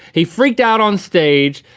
he freaked out on stage,